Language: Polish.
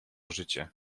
życie